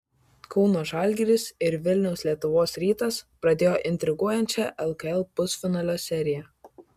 kauno žalgiris ir vilniaus lietuvos rytas pradėjo intriguojančią lkl pusfinalio seriją